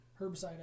herbicide